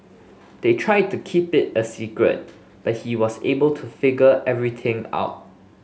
they tried to keep it a secret but he was able to figure everything out